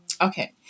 Okay